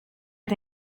est